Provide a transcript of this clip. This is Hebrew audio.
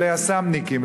וליס"מניקים,